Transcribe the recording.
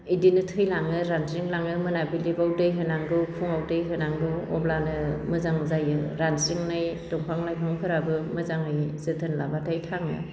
इदिनो थैलाङो रानज्रिंलाङो मोनाबिलिफोराव दै होनांगौ फुङाव दै होनांगौ अब्लानो मोजां जायो रानज्रिंनाय दंफां लाइफांफोराबो मोजाङै जोथोन लाब्लाथाय थाङो